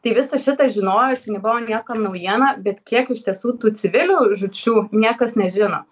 tai visą šitą žinojo ir čia nebuvo niekam naujiena bet kiek iš tiesų tų civilių žūčių niekas nežino